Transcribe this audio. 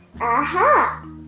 Aha